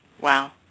Wow